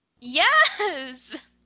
Yes